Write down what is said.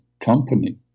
company